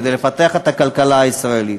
כדי לפתח את הכלכלה הישראלית,